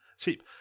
Cheap